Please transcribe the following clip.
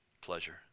pleasure